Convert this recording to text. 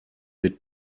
mit